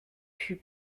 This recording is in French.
fut